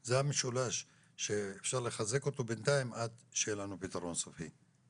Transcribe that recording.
זה המשולש שאפשר לחזק אותו בינתיים עד שיהיה לנו פתרון סופי.